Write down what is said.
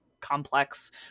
complex